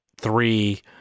three